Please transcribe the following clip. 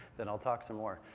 then i'll talk some more.